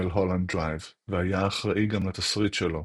"מלהולנד דרייב" והיה אחראי גם לתסריט שלו,